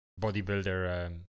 bodybuilder